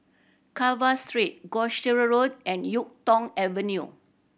Carver Street Gloucester Road and Yuk Tong Avenue